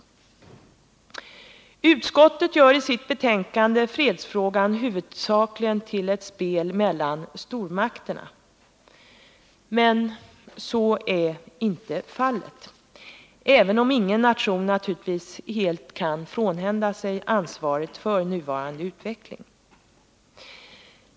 Utskottet gör i sitt betänkande fredsfrågan huvudsakligen till ett spel mellan stormakterna. Men så är inte fallet, även om naturligtvis ingen nation helt kan frånhända sig ansvaret för den nuvarande utvecklingen.